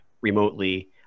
remotely